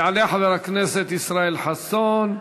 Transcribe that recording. יעלה חבר הכנסת ישראל חסון.